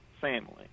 family